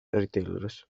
retailers